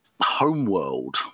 Homeworld